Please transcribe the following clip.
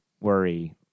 Worry